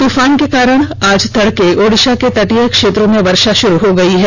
तूफान के कारण आज तड़के ओड़िसा के तटीय क्षेत्रों में वर्षा शुरू हो गई है